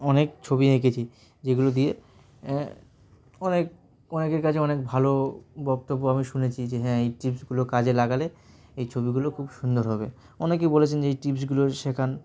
অনেক ছবি এঁকেছি যেগুলো দিয়ে অনেক অনেকের কাছে অনেক ভালো বক্তব্য আমি শুনেছি যে হ্যাঁ এই টিপসগুলো কাজে লাগালে এই ছবিগুলো খুব সুন্দর হবে অনেকেই বলেছেন যে এই টিপসগুলো শেখান